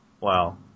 Wow